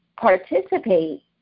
participate